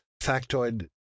factoid